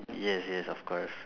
yes yes of course